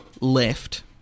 left